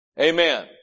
Amen